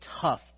tough